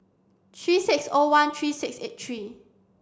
three six O one three six eight three